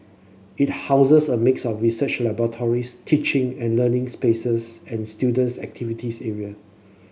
it houses a mix of research laboratories teaching and learning spaces and students activities area